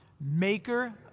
maker